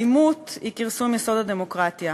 אלימות היא כרסום יסוד הדמוקרטיה.